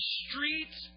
streets